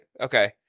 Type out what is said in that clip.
Okay